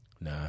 Nah